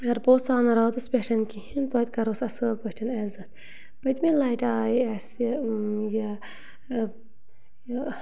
اَگر پوٚژھ آو نہٕ راتَس پٮ۪ٹھ کِہیٖنۍ توتہِ کَرہوس اَصۭل پٲٹھۍ عزت پٔتمہِ لَٹہِ آیہِ اَسہِ یہِ یہِ